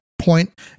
point